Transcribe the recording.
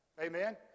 Amen